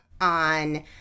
on